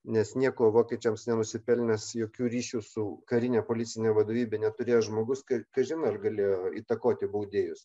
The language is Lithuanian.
nes nieko vokiečiams nenusipelnęs jokių ryšių su karine policine vadovybe neturėjęs žmogus ka kažin ar galėjo įtakoti baudėjus